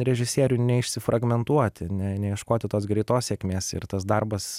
režisieriui neišsifragmentuoti ne neieškoti tos greitos sėkmės ir tas darbas